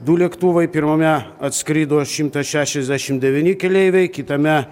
du lėktuvai pirmame atskrido šimtas šešiasdešim devyni keleiviai kitame